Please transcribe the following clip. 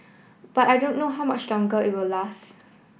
but I don't know how much longer it will last